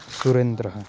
सुरेन्द्रः